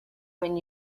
when